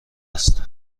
است